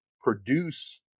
produce